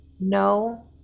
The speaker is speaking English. No